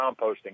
composting